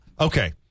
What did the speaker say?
Okay